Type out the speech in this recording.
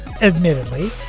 admittedly